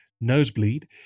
nosebleed